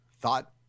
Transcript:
thought